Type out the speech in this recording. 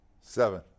Seven